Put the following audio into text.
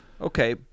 Okay